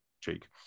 cheek